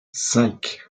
cinq